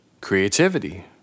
creativity